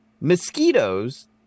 mosquitoes